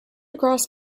across